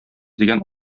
дигән